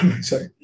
Sorry